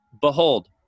Behold